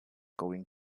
going